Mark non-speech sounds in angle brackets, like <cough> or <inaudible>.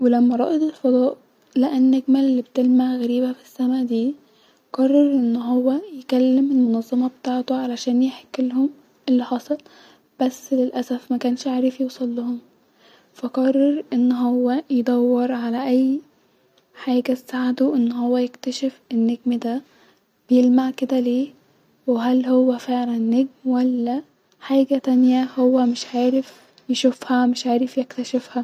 ولما رائد الفضاء لقي النجمه الغريبه الي بتلمع دي - قرر ان هو يكلم المنظمه بتاعتو عشان يحكيلهم الي حصل-بس للاسف مكنش عارف يوصلهم-فقرر ان هو يدور علي اي حاجه تساعدو-ان هو يكتشف النجم دا بيلمع كدا ليه وهل هو فعلا نجم ولا-هو حاجه تانيه هو <noise> مش عارف يشوفها مش عارف يكتشفها